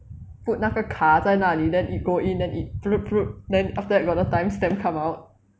put 那个卡在那里 then it go in then it then after that got the time stamp come out